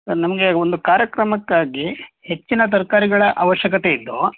sir ನಮಗೆ ಒಂದು ಕಾರ್ಯಕ್ರಮಕ್ಕಾಗಿ ಹೆಚ್ಚಿನ ತರಕಾರಿಗಳ ಆವಶ್ಯಕತೆ ಇದ್ದು